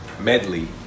medley